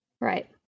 Right